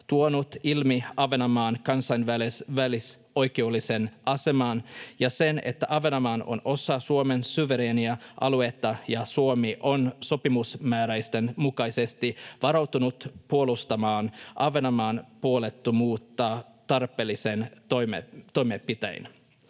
tuonut ilmi Ahvenanmaan kansainvälisoikeudellisen aseman ja sen, että Ahvenanmaa on osa Suomen suvereenia aluetta ja Suomi on sopimusmääräysten mukaisesti varautunut puolustamaan Ahvenanmaan puolueettomuutta tarpeellisin toimenpitein.